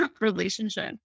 relationship